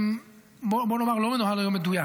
בוא נאמר שלא מנוהל היום מדויק.